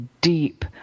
deep